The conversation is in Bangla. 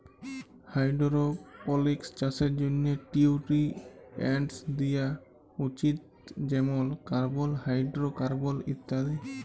হাইডোরোপলিকস চাষের জ্যনহে নিউটিরিএন্টস দিয়া উচিত যেমল কার্বল, হাইডোরোকার্বল ইত্যাদি